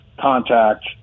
contact